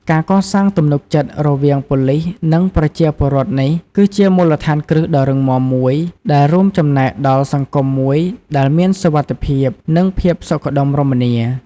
ការកសាងទំនុកចិត្ត រវាងប៉ូលីស និងប្រជាពលរដ្ឋនេះ គឺជាមូលដ្ឋានគ្រឹះដ៏រឹងមាំមួយដែល រួមចំណែកដល់សង្គមមួយដែលមានសុវត្ថិភាព និងភាពសុខដុមរមនា។